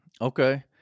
Okay